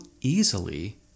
easily